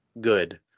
good